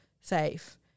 safe